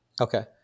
Okay